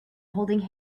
holding